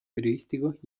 periodísticos